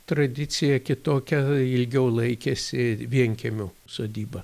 tradicija kitokia ilgiau laikėsi vienkiemio sodyba